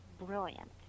brilliant